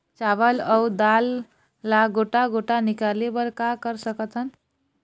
चावल अऊ दाल ला गोटा गोटा निकाले बर का कर सकथन?